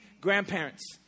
grandparents